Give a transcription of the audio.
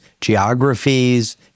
geographies